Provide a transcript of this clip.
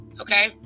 Okay